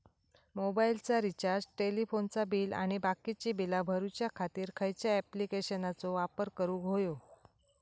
मोबाईलाचा रिचार्ज टेलिफोनाचा बिल आणि बाकीची बिला भरूच्या खातीर खयच्या ॲप्लिकेशनाचो वापर करूक होयो?